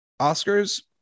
Oscars